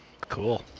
Cool